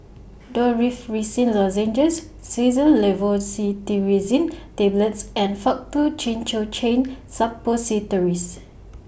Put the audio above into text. Dorithricin Lozenges Xyzal Levocetirizine Tablets and Faktu Cinchocaine Suppositories